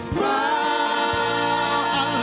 Smile